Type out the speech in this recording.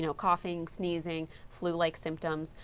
you know coughing, sneezing, flu-like symptoms.